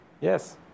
Yes